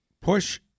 push